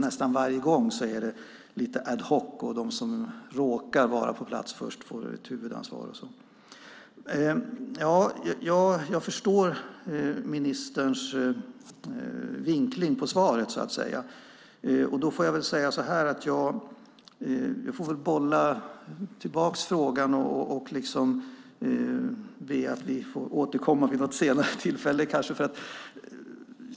Nästan varje gång är det lite ad hoc, och de som råkar vara på plats först får ett huvudansvar. Jag förstår ministerns vinkling på svaret, och då får jag väl bolla tillbaka frågan och be att få återkomma vid något senare tillfälle.